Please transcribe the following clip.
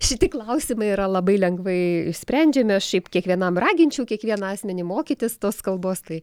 šiti klausimai yra labai lengvai sprendžiami šiaip kiekvienam raginčiau kiekvieną asmenį mokytis tos kalbos tai